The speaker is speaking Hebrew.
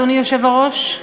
אדוני היושב-ראש,